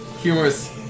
humorous